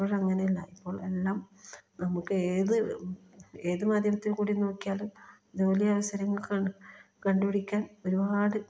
ഇപ്പോൾ അങ്ങനെയല്ല ഇപ്പോൾ എല്ലാം നമുക്ക് ഏത് ഏത് മാധ്യമത്തിൽ കൂടി നോക്കിയാലും ജോലി അവസരങ്ങൾ കണ്ട് പിടിക്കാൻ ഒരുപാട്